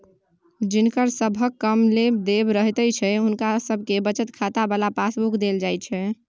जिनकर सबहक कम लेब देब रहैत छै हुनका सबके बचत खाता बला पासबुक देल जाइत छै